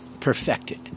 perfected